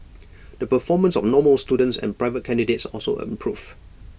the performance of normal students and private candidates also improved